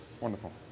Wonderful